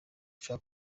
cya